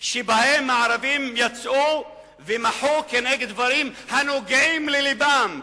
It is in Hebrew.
שבהם הערבים יצאו ומחו נגד דברים הנוגעים ללבם,